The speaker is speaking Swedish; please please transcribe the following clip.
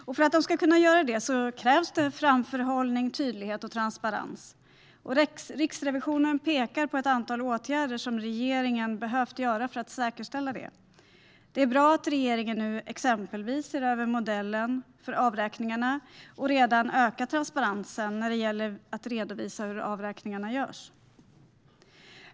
Och för att de ska kunna göra det krävs det framförhållning, tydlighet och transparens. Riksrevisionen pekar på ett antal åtgärder som regeringen har behövt vidta för att säkerställa detta. Exempelvis är det bra att regeringen nu ser över modellen för avräkningarna och redan har ökat transparensen när det gäller att redovisa hur avräkningarna görs.